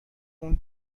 اون